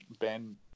Ben